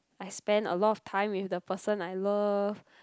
I spend a lot of time with the person I love